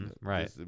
right